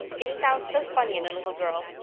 it sounds so funny in a little girl.